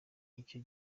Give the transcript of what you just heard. icyo